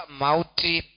mauti